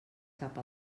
cap